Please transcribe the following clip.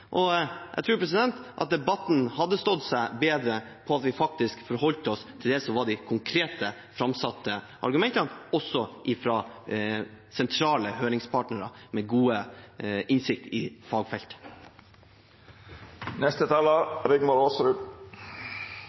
Jeg tror at debatten hadde stått seg bedre på at vi forholdt oss til de konkrete, framsatte argumentene, også fra sentrale høringspartnere med god innsikt i